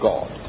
God